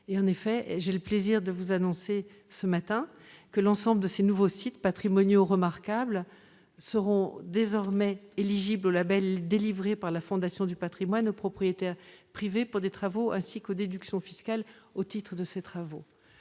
En effet, j'ai le plaisir de vous annoncer ce matin que l'ensemble de ces nouveaux sites patrimoniaux remarquables seront désormais éligibles au label délivré par la Fondation du patrimoine aux propriétaires privés pour des travaux, ainsi qu'aux déductions fiscales au titre de ces travaux.